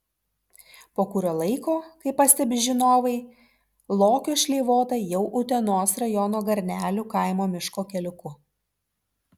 po kurio laiko kaip pastebi žinovai lokio šleivota jau utenos rajono garnelių kaimo miško keliuku